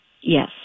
Yes